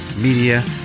media